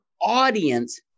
audience